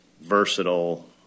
versatile